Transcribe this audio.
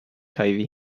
hiv